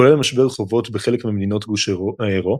כולל משבר חובות בחלק ממדינות גוש האירו,